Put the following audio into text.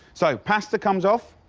so pasta comes off.